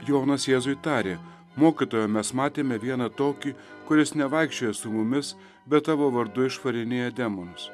jonas jėzui tarė mokytojau mes matėme vieną tokį kuris nevaikščioja su mumis bet tavo vardu išvarinėja demonus